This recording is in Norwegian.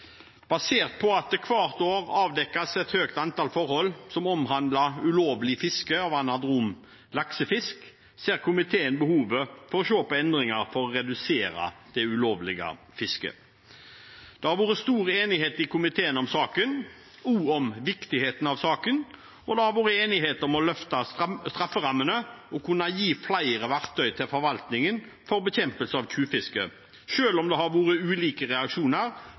Basert på at det hvert år avdekkes et høyt antall forhold som omhandler ulovlig fiske av anadrom laksefisk, ser komiteen behovet for å se på endringer for å redusere det ulovlige fisket. Det har vært stor enighet i komiteen om saken, også om viktigheten av saken, og det har vært enighet om å løfte strafferammene og kunne gi flere verktøy til forvaltningen for å bekjempe tyvfiske – selv om det har vært ulike reaksjoner,